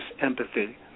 empathy